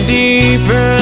deeper